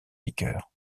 liqueurs